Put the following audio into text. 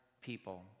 people